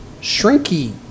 Shrinky